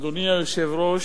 אדוני היושב-ראש,